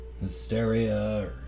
hysteria